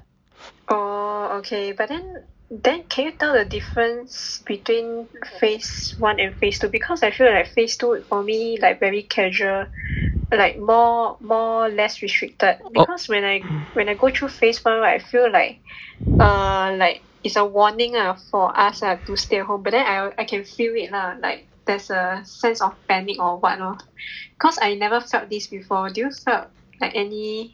oh okay but then then can you tell the difference between phase one and phase two because I feel like phase two for me like very casual like more more less restricted because when I when I go through phase one right I feel like err like is a warning lah for us lah to stay at home but then I I can feel it lah like there is a sense of panic or what lor cause I never felt this before do you felt like any